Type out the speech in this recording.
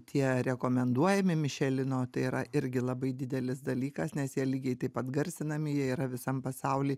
tie rekomenduojami mišelino tai yra irgi labai didelis dalykas nes jie lygiai taip pat garsinami jie yra visam pasauly